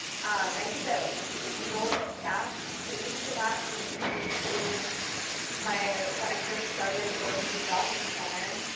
and i think that the role that staff played for that for me was in my when i first started going to a drop-in center,